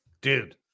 Dude